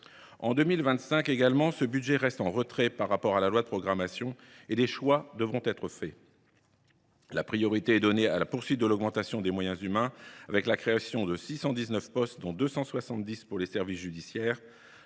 En 2025 également, ce budget reste en retrait par rapport à ce que prévoyait la loi de programmation ; des choix devront être faits. La priorité est donnée à la poursuite de l’augmentation des moyens humains, avec la création de 619 postes, dont 270 pour les services judiciaires.